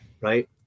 right